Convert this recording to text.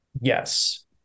Yes